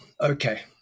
Okay